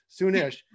Soonish